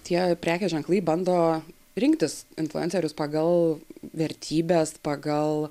tie prekės ženklai bando rinktis influencerius pagal vertybes pagal